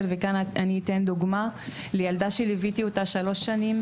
וכאן אני אתן דוגמא על ילד שאתה אני ליוויתי במשך שלוש שנים